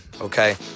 Okay